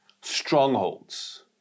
strongholds